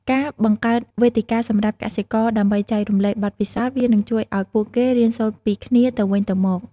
ការបង្កើតវេទិកាសម្រាប់កសិករដើម្បីចែករំលែកបទពិសោធន៍ វានឹងជួយឱ្យពួកគេរៀនសូត្រពីគ្នាទៅវិញទៅមក។